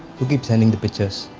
do keep sending the pictures.